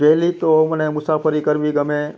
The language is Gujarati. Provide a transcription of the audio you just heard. પહેલી તો મને મુસાફરી કરવી ગમે